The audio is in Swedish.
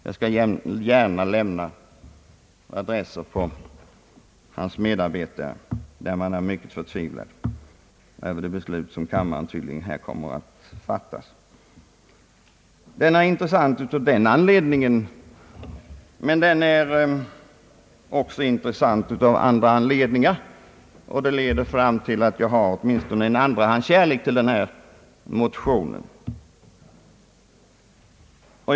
Jag skall gärna lämna adresser på de av hans medarbetare som är förtvivlade över det beslut som kammaren tydligen här kommer att fatta. Motionen är också intressant av andra anledningar, vilket leder fram till att jag åtminstone har en andrahandskärlek till den.